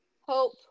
hope